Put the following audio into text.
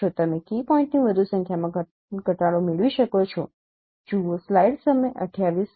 તમે કી પોઇન્ટની વધુ સંખ્યામાં ઘટાડો મેળવી શકો છો